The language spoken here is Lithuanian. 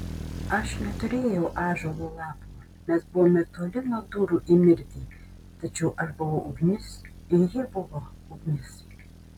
aš neturėjau ąžuolo lapo mes buvome toli nuo durų į mirtį tačiau aš buvau ugnis ir ji buvo ugnis